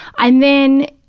and then,